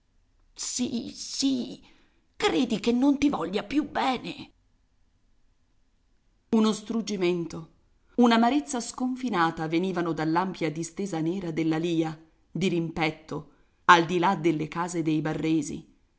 sì credi che non ti voglia più bene uno struggimento un'amarezza sconfinata venivano dall'ampia distesa nera dell'alìa dirimpetto al di là delle case dei barresi